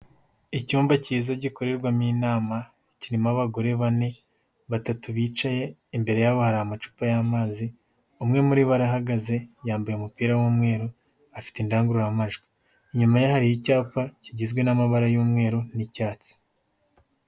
Icyumba cyiza gikorerwamo inama kirimo abagore bane, batatu bicaye imbere yabo hari amacupa y'amazi, umwe muri bo arahagaze, yambaye umupira w'umweru afite indangururamajwi. Inyuma ye hari icyapa kigizwe n'amabara y'umweru n'icyatsi.